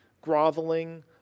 groveling